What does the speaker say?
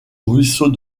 ruisseau